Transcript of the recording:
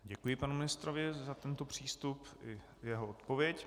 Děkuji panu ministrovi za tento přístup i jeho odpověď.